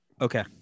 Okay